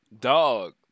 Dog